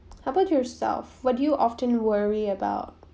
how about yourself what do you often worry about